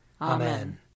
Amen